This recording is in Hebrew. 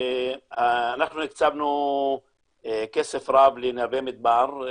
אנחנו הקצבנו כסף רב לנווה מדבר,